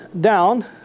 down